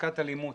להפסקת אלימות